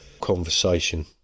conversation